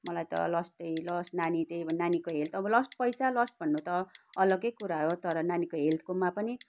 मलाई त लस्टै लस नानी त्यही अब नानीको हेल्थ अब लस्ट पैसा लस भन्नु त अलगै कुरा हो तर नानीको हेल्थकोमा पनि